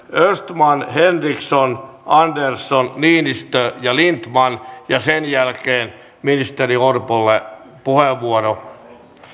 östman henriksson andersson niinistö ja lindtman sen jälkeen ministeri orpolle puheenvuoro